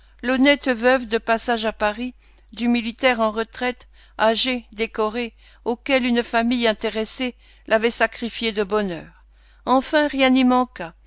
l'honnête veuve de passage à paris du militaire en retraite âgé décoré auquel une famille intéressée l'avait sacrifiée de bonne heure enfin rien n'y manqua